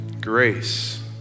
Grace